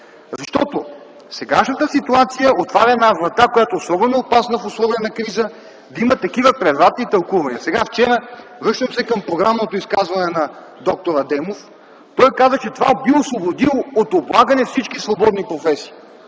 Защото сегашната ситуация отваря врата, която е особено опасна в условия на криза – да има такива превратни тълкувания. Връщам се към програмното изказване на д р Адемов от вчера. Той каза, че това би освободило от облагане всички свободни професии,